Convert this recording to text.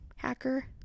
hacker